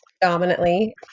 dominantly